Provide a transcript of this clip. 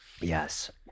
yes